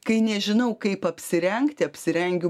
kai nežinau kaip apsirengti apsirengiu